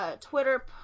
Twitter